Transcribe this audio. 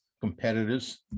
competitors